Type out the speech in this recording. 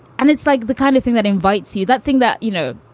and it's like the kind of thing that invites you. that thing that you know.